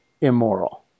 immoral